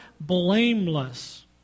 blameless